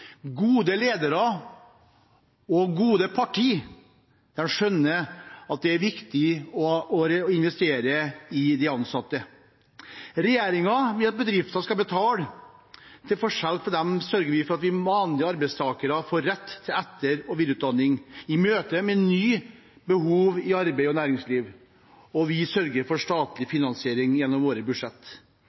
Gode ledere og gode partier skjønner at det er viktig å investere i de ansatte. Regjeringen vil at bedriften skal betale. Til forskjell fra dem sørger vi for at vanlige arbeidstakere får rett til etter- og videreutdanning i møtet med nye behov i arbeids- og næringsliv, og vi sørger for statlig finansiering gjennom våre